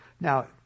Now